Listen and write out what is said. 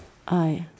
I